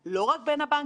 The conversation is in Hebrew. הנחת העבודה,